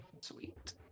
Sweet